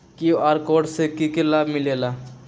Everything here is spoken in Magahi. कियु.आर कोड से कि कि लाव मिलेला?